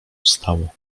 ustało